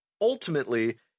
ultimately